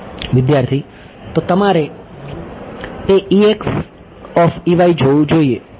વિદ્યાર્થી તો તમારે તે જોવું જોઈએ અને તે